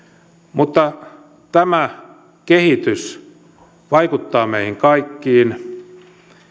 mutta tämä kehitys vaikuttaa meihin kaikkiin